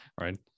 right